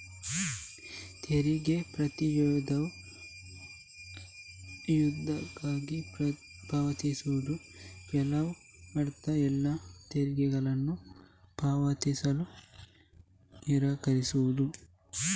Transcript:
ತೆರಿಗೆ ಪ್ರತಿರೋಧವು ಯುದ್ಧಕ್ಕಾಗಿ ಪಾವತಿಸುವ ಕೆಲವು ಅಥವಾ ಎಲ್ಲಾ ತೆರಿಗೆಗಳನ್ನು ಪಾವತಿಸಲು ನಿರಾಕರಿಸುವುದು